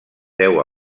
deu